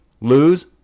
Lose